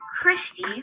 Christy